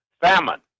famine